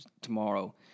tomorrow